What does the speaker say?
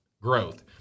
growth